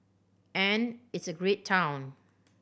and it's a great town